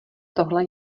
tohle